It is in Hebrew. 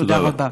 תודה רבה.